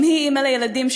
גם היא אימא לילדים,